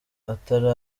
atari